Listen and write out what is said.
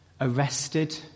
arrested